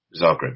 Zagreb